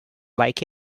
like